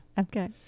Okay